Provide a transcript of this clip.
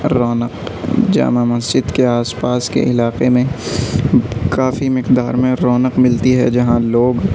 رونق جامع مسجد کے آس پاس کے علاقے میں کافی مقدار میں رونق ملتی ہے جہاں لوگ